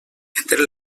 entre